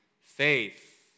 faith